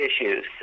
issues